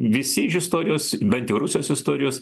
visi iš istorijos bent jau rusojos istorijos